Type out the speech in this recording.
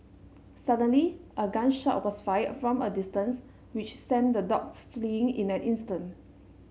suddenly a gun shot was fired from a distance which sent the dogs fleeing in an instant